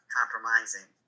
compromising